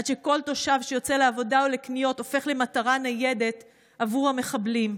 עד שכל תושב שיוצא לעבודה או לקניות הופך למטרה ניידת עבור המחבלים.